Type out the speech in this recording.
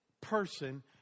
person